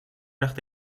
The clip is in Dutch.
dacht